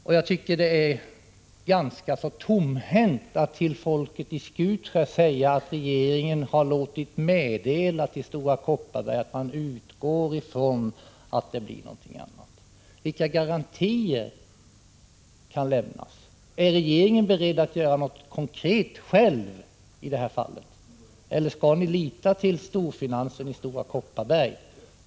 Industriministern är ganska tomhänt när han säger till folket i Skutskär att regeringen har låtit meddela Stora Kopparberg att den utgår från att det blir annan sysselsättning. Vilka garantier kan lämnas? Är regeringen beredd att själv göra någonting konkret i detta fall? Eller skall ni lita till storfinansen i Stora Kopparberg?